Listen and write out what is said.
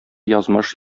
язмыш